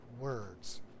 words